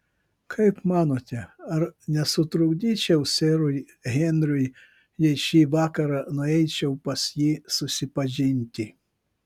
kaip manote ar nesutrukdyčiau serui henriui jei šį vakarą nueičiau pas jį susipažinti